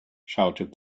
shouted